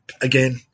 Again